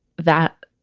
that